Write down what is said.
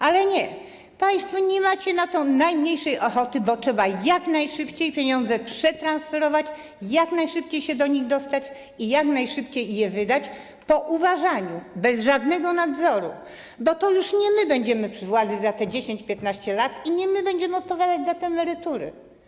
Ale nie, państwo nie macie na to najmniejszej ochoty, bo trzeba jak najszybciej pieniądze przetransferować, jak najszybciej się do nich dostać i jak najszybciej je wydać, po uważaniu, bez żadnego nadzoru, bo to już nie my będziemy przy władzy za te 10–15 lat i nie my będziemy odpowiadać za te emerytury.